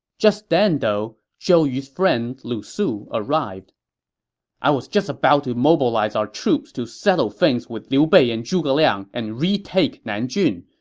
just then, though, zhou yu's friend lu su arrived i was just about to mobilize our troops to settle things with liu bei and zhuge liang and retake nanjun,